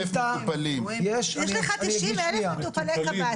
יש לך 50,000 מטופלי קב"ס.